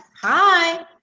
hi